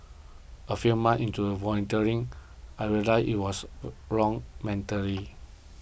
a few months into volunteering I realised it was the wrong